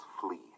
flee